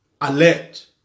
alert